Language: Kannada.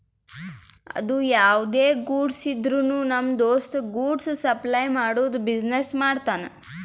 ಅದು ಯಾವ್ದೇ ಗೂಡ್ಸ್ ಇದ್ರುನು ನಮ್ ದೋಸ್ತ ಗೂಡ್ಸ್ ಸಪ್ಲೈ ಮಾಡದು ಬಿಸಿನೆಸ್ ಮಾಡ್ತಾನ್